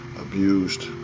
abused